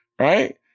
Right